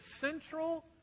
central